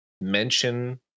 mention